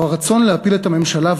הרצון להפיל את הממשלה,